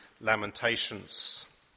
Lamentations